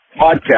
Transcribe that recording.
podcast